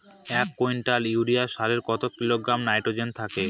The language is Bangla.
এক কুইন্টাল ইউরিয়া সারে কত কিলোগ্রাম নাইট্রোজেন থাকে?